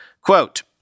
Quote